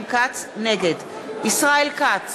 נגד ישראל כץ,